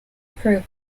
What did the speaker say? proved